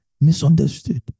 misunderstood